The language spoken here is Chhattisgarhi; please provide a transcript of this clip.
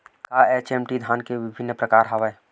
का एच.एम.टी धान के विभिन्र प्रकार हवय?